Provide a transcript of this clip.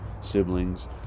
siblings